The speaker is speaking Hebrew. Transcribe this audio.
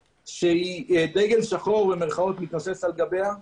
דגל שחור במירכאות מתנוסס מעליה?